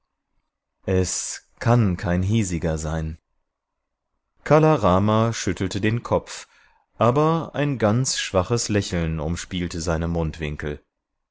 es kann kein hiesiger sein kala rama schüttelte den kopf aber ein ganz schwaches lächeln umspielte seine mundwinkel